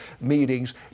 meetings